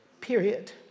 Period